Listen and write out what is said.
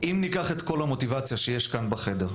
אם ניקח את כל המוטיבציה שיש כאן בחדר,